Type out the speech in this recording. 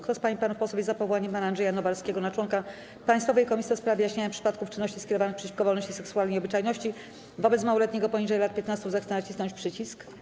Kto z pań i panów posłów jest za powołaniem pana Andrzeja Nowarskiego na członka Państwowej Komisji do spraw wyjaśniania przypadków czynności skierowanych przeciwko wolności seksualnej i obyczajności wobec małoletniego poniżej lat 15, zechce nacisnąć przycisk.